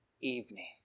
evening